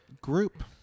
group